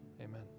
Amen